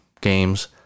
games